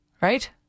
right